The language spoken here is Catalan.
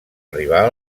arribar